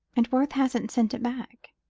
and worth hasn't sent it back.